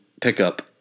pickup